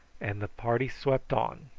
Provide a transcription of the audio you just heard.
and the party swept on.